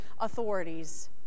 authorities